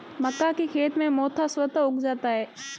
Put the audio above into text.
मक्का के खेत में मोथा स्वतः उग जाता है